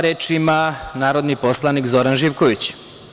Reč ima narodni poslanik Zoran Živković.